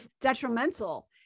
detrimental